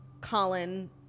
Colin